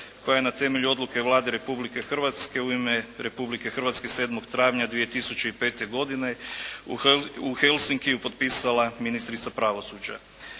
koja je na temelju odluke Vlade Republike Hrvatske u ime Republike Hrvatske 7. travnja 2005. godine u Helsinkiju potpisala ministrica pravosuđa.